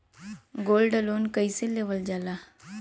Gold loan कईसे लेवल जा ला?